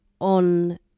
on